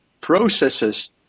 processes